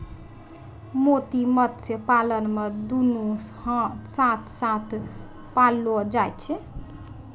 मोती मत्स्य पालन मे दुनु साथ साथ पाललो जाय छै